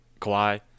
Kawhi